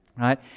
right